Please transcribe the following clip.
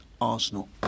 Arsenal